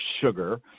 sugar